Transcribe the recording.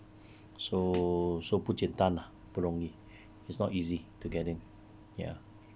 so so 不简单啊不容易 it's not easy to get in ya